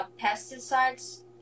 pesticides